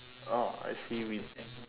oh I see we